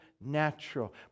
natural